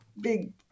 big